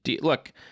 look